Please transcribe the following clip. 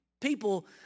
people